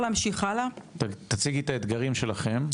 תציגי את האתגרים שלכם.